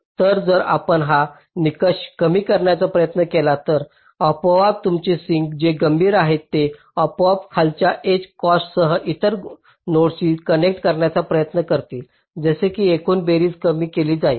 तर जर आपण हा निकष कमी करण्याचा प्रयत्न केला तर आपोआप तुमचे सिंक जे गंभीर आहेत ते आपोआपच खालच्या एज कॉस्ट सह इतर नोडशी कनेक्ट करण्याचा प्रयत्न करतील जसे की एकूण बेरीज कमी केली जाईल